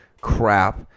crap